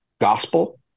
gospel